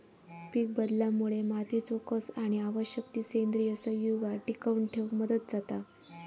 पीकबदलामुळे मातीचो कस आणि आवश्यक ती सेंद्रिय संयुगा टिकवन ठेवक मदत जाता